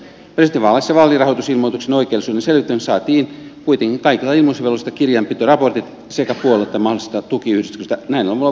presidentinvaaleissa vaalirahoitusilmoituksen oikeellisuuden selvittämiseksi saatiin kuitenkin kaikilta ilmoitusvelvollisilta kirjanpitoraportit sekä puolueelta että mahdolliselta tukiyh distykseltä